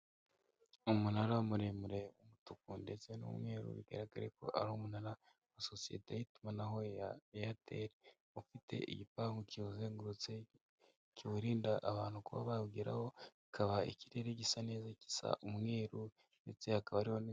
Umunara muremure w'umutuku ndetse n'umweru bigaragare ko ari umunara wa sosiyete y'itumanaho ya Airtel, ufite igipangu kiwuzengurutse kiwurinda abantu kuba bawugeraho, hakaba ikirere gisa neza, gisa umweru ndetse hakaba hari n'i....